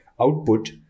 output